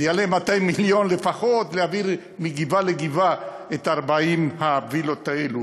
זה יעלה 200 מיליון לפחות להעביר מגבעה לגבעה את 40 הווילות האלה.